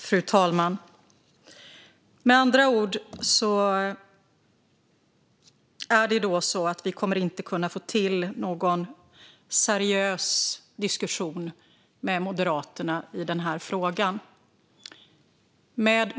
Fru talman! Med andra ord kommer vi inte att kunna få till någon seriös diskussion med Moderaterna i den här frågan.